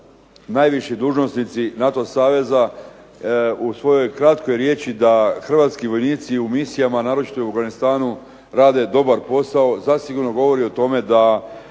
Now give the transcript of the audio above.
najviši dužnosnici NATO saveza u kratkoj riječi da Hrvatski vojnici u mirovnim misijama, naročito u Afganistanu rade dobar posao zasigurno govori o tome da